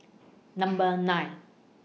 Number nine